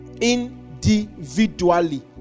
individually